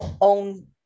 own